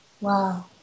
Wow